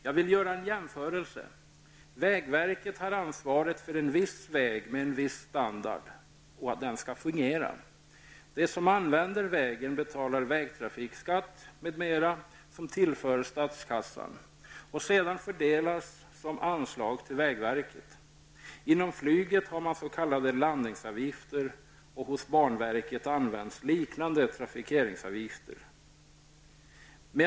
Jag vill göra en jämförelse. Vägverket har ansvaret för att en viss väg med en viss standard skall fungera. De som använder vägen betalar vägtrafikskatt m.m. Den tillförs statskassan och fördelas sedan som anslag till vägverket. Inom flyget har man s.k. landningsavgifter. Hos banverket används liknande trafikeringsavgifter.